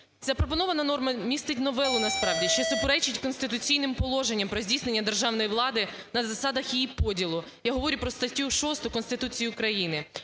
Запропонована норма містить новелу, насправді, що суперечить конституційним положенням про здійснення державної влади на засадах її поділу. Я говорю про статтю 6 Конституції України,